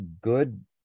good